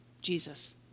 Jesus